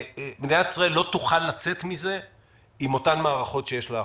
מדינת ישראל לא תוכל לצאת מזה עם אותן מערכות שיש לה עכשיו,